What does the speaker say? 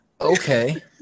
Okay